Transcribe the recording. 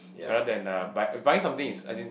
rather than uh buy buying something is as in